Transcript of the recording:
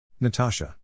Natasha